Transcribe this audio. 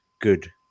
good